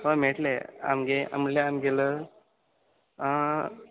ह मेळट्ले आमगे म्हणल्या आमगेलो